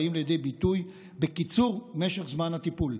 הבאים לידי ביטוי בקיצור משך זמן הטיפול,